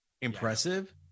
impressive